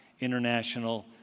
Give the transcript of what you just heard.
international